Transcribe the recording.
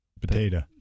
potato